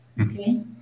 Okay